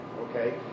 okay